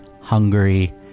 Hungary